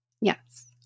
Yes